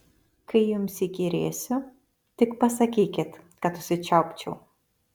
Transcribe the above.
kai jums įkyrėsiu tik pasakykit kad užsičiaupčiau